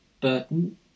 Burton